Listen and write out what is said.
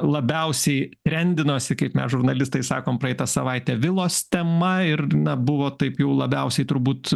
labiausiai rendinosi kaip mes žurnalistai sakome praeitą savaitę vilos tema ir na buvo taip jau labiausiai turbūt